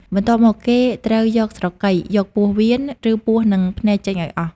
បន្ទាប់មក គេត្រូវយកស្រកី យកពោះវៀន ឬពោះ និងភ្នែកចេញឱ្យអស់។